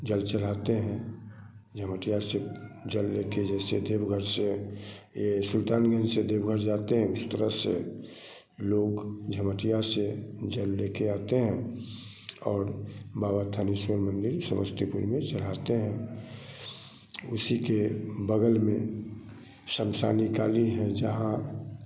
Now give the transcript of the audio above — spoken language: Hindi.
जल चढ़ाते हैं झमटीया से जल लेकर जैसे देवघर से यह सुल्तानगंज से देवघर जाते हैं उस तरह से लोग झमटीया से जल लेकर आते हैं और बाबा थानेश्वर मंदिर समस्तीपुर में चढ़ाते हैं उसी के बग़ल में शमशानी काली हैं जहाँ